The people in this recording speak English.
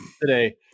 today